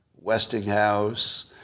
Westinghouse